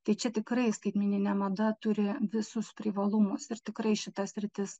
tai čia tikrai skaitmeninė mada turi visus privalumus ir tikrai šita sritis